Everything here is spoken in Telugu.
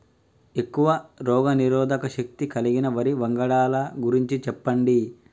ఎక్కువ రోగనిరోధక శక్తి కలిగిన వరి వంగడాల గురించి చెప్పండి?